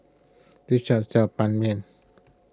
this shop sells Ban Mian